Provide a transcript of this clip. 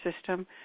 system